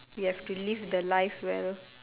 you have to live the life well